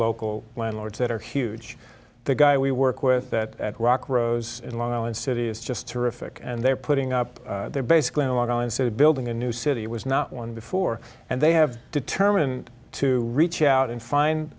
local landlords that are huge the guy we work with that rock rose in long island city is just terrific and they're putting up there basically on our own so building a new city was not one before and they have determined to reach out and find